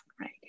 Right